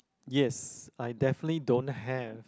yes I definitely don't have